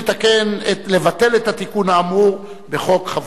לבטל את התיקון האמור בחוק חסינות חברי הכנסת.